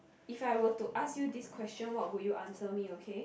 if I were to ask you this question what would you answer me okay